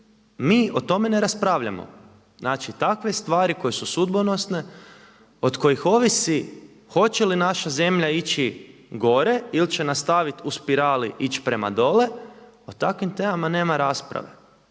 mi o tome ne raspravljamo. Znači takve stvari koje su sudbonosne, od kojih ovisi hoće li naša zemlja ići gore ili će nastaviti u spirali ići prema dolje, o takvim temama nema rasprave.